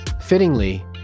Fittingly